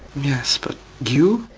yes, but you?